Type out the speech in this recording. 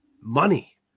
money